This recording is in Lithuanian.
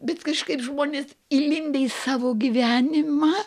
bet kažkaip žmonės įlindę į savo gyvenimą